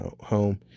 home